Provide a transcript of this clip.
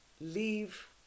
leave